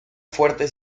fuerte